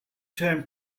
term